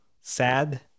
sad